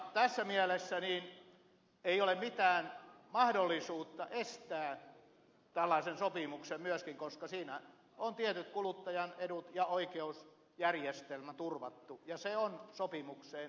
tässä mielessä ei ole mitään mahdollisuutta estää tällaista sopimusta myöskään koska siinä on tietyt kuluttajan edut ja oikeusjärjestelmä turvattu ja se on sopimukseen perustuva